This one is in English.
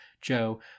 Joe